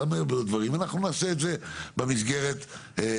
להרבה מאוד דברים אנחנו נעשה את זה במסגרת שלנו.